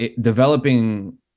developing